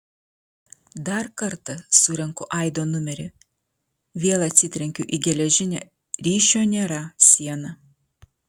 dar kartą surenku aido numerį vėl atsitrenkiu į geležinę ryšio nėra sieną